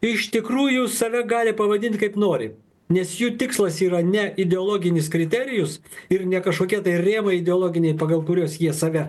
iš tikrųjų save gali pavadint kaip nori nes jų tikslas yra ne ideologinis kriterijus ir ne kažkokie tai rėmai ideologiniai pagal kuriuos jie save